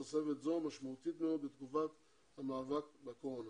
תוספת זו משמעותית מאוד בתקופת האבק בקורונה.